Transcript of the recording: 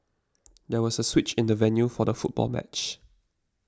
there was a switch in the venue for the football match